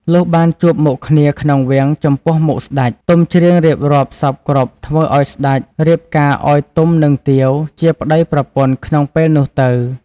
លុះបានជួបមុខគ្នាក្នុងវាំងចំពោះមុខសេ្តច ទុំច្រៀងរៀបរាប់សព្វគ្រប់ធ្វើឲ្យសេ្តចរៀបការឲ្យទុំនឹងទាវជាប្តីប្រពន្ធក្នុងពេលនោះទៅ ។